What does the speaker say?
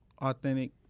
authentic